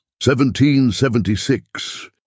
1776